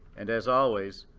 and as always,